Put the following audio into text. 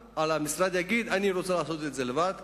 המשרד יגיד: אני רוצה לעשות את זה לבד,